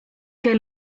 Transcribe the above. que